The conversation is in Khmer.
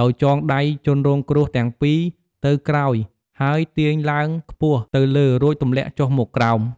ដោយចងដៃជនរងគ្រោះទាំងពីរទៅក្រោយហើយទាញឡើងខ្ពស់ទៅលើរួចទំលាក់ចុះមកក្រោម។